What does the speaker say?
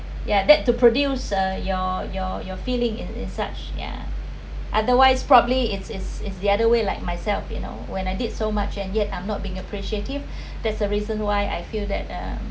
ya that to produce uh your your your feeling in in such yeah otherwise probably it's is is the other way like myself you know when I did so much and yet I'm not being appreciative there's a reason why I feel that uh